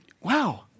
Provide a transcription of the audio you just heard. wow